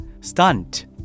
stunt